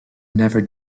never